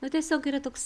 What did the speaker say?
nu tiesiog yra toks